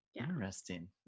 Interesting